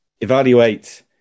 evaluate